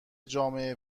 جامعه